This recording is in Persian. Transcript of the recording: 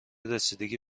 رسیدگی